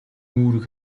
үүрэг